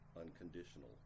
unconditional